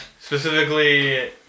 Specifically